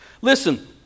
Listen